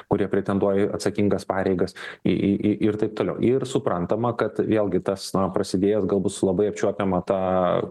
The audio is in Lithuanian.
kurie pretenduoja į atsakingas pareigas į į į ir taip toliau ir suprantama kad vėlgi tas na prasidėjęs galbūt su labai apčiuopiama ta